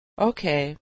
Okay